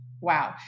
Wow